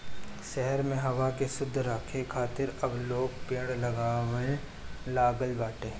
शहर में हवा के शुद्ध राखे खातिर अब लोग पेड़ लगावे लागल बाटे